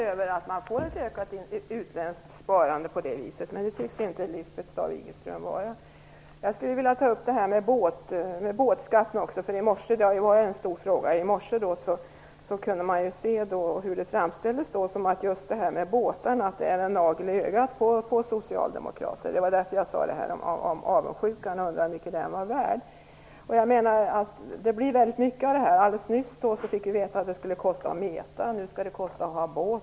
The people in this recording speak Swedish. Fru talman! Jag är oroad över att man på det viset får ett ökat utländskt sparande, men det tycks inte Jag vill ta upp det här med båtskatten, som har varit en stor fråga. I morse framställdes det som att detta med båtarna är en nagel i ögat på socialdemokraterna. Det var därför som jag talade om avundsjuka och undrade hur mycket den var värd. Alldeles nyss fick vi veta att det skulle kosta att meta. Nu skall det kosta att ha båt.